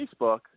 Facebook